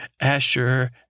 Asher